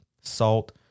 salt